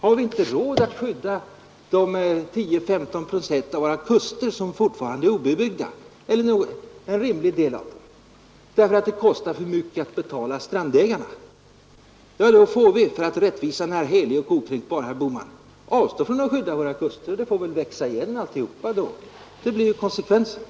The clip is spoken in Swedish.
Har vi inte råd att skydda de 10—15 procent av våra kuster som fortfarande är obebyggda, eller eh rimlig del därav, därför att det kostar för mycket att betala strandägarna för detta, får vi — eftersom rättvisan är helig och okränkbar, herr Bohman — avstå från att skydda våra kuster. Då blir konsekvensen att alltihop får växa igen — med herr Bohmans äganderättsfilosofi.